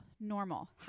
normal